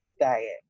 diet